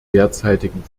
derzeitigen